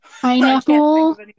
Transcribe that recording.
Pineapple